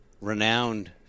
renowned